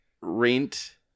rent